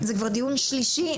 זה כבר דיון שלישי,